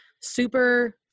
super